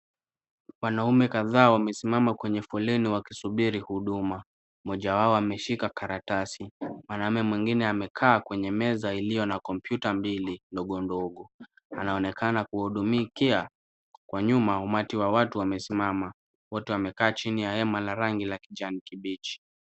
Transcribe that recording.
Wanaume kadhaa wamesimama kwenye foleni wakisubiri huduma. Mmoja wao ameshika karatasi. Mwanaume mwingine amekaa kwenye meza iliyo na kompyuta mbili ndogo ndogo. Anaonekana kuhudumikia, kwa nyuma, umati wa watu wamesimama. Wote wamekaa chini ya hema la rangi ya kijani kibichi.